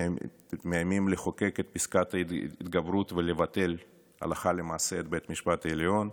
מאיימים לחוקק את פסקת ההתגברות ולבטל הלכה למעשה את בית המשפט העליון,